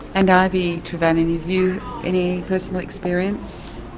and ivy trevallion, have you any personal experience?